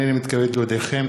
הנני מתכבד להודיעכם,